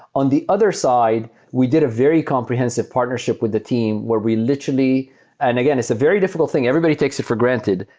on the other side, we did a very comprehensive partnership with the team where we literally and again, it's a very difficult thing. everybody takes it for granted.